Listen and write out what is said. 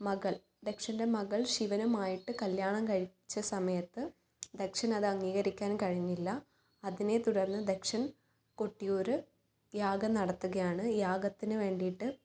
മകൾ ദക്ഷൻ്റെ മകൾ ശിവനുമായിട്ട് കല്യാണം കഴിച്ച സമയത്ത് ദക്ഷനത് അംഗീകരിക്കാൻ കഴിഞ്ഞില്ല അതിനെ തുടർന്ന് ദക്ഷൻ കൊട്ടിയൂര് യാഗം നടത്തുകയാണ് യാഗത്തിന് വേണ്ടിയിട്ട്